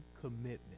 commitment